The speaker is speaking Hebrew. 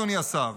אדוני השר,